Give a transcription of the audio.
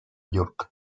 york